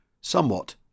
somewhat